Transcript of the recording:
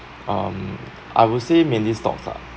um I would say mainly stocks lah